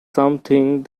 something